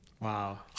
Wow